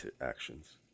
actions